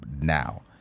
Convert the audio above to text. now